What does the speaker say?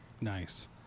Nice